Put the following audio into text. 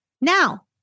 Now